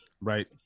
Right